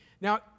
Now